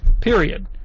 period